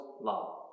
love